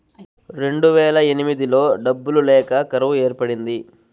రెండువేల ఎనిమిదిలో డబ్బులు లేక కరువు ఏర్పడింది